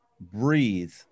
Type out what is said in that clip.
breathe